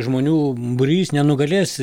žmonių būrys nenugalės